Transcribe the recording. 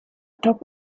top